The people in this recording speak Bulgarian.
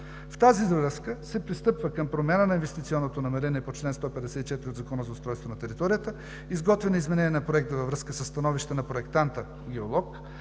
В тази връзка се пристъпва към промяна на инвестиционното намерение по чл. 154 от Закона за устройство на територията, изготвяне на изменение на Проекта във връзка със становище на проектанта – геолог